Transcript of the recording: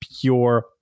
pure